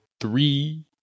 three